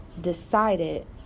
decided